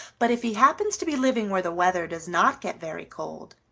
but if he happens to be living where the weather does not get very cold,